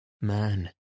man